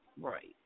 Right